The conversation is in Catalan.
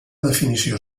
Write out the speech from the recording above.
definició